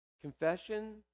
Confession